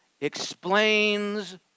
explains